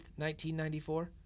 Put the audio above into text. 1994